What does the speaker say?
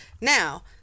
Now